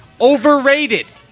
Overrated